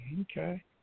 Okay